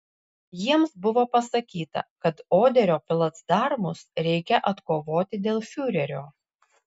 jiems buvo pasakyta kad oderio placdarmus reikia atkovoti dėl fiurerio